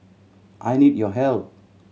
I need your help